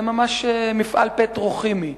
זה ממש מפעל פטרוכימי,